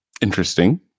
Interesting